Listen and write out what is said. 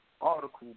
article